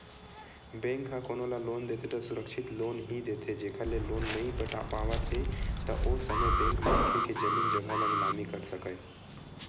bank ह कोनो ल लोन देथे त सुरक्छित लोन ही देथे जेखर ले लोन नइ पटा पावत हे त ओ समे बेंक मनखे के जमीन जघा के निलामी कर सकय